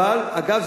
אגב,